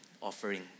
offering